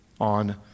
on